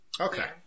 Okay